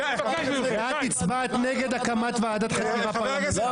את הצבעת נגד הקמת ועדת חקירה פרלמנטרית.